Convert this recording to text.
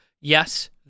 Yes